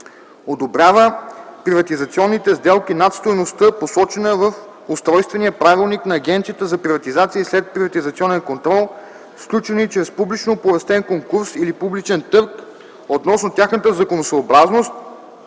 одобрява приватизационните сделки над стойността, посочена в устройствения правилник на Агенцията за приватизация и следприватизационен контрол, сключени чрез публично оповестен конкурс или публичен търг, относно тяхната законосъобразност